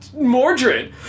Mordred